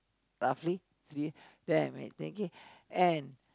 roughly three ten I think in and